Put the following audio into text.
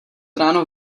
ráno